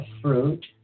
fruit